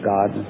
God